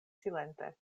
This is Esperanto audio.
silente